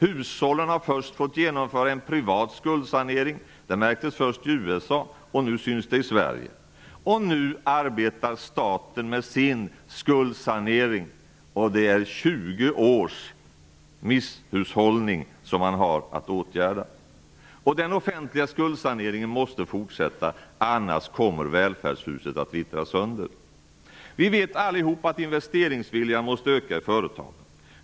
Hushållen har först fått genomföra en privat skuldsanering. Det märktes först i USA, och nu syns det i Sverige. Och i dag arbetar staten med sin skuldsanering. Man har att åtgärda 20 års misshushållning. Den offentliga skuldsaneringen måste fortsätta, annars kommer välfärdshuset att vittra sönder. Vi vet allihop att investeringsviljan måste öka i företagen.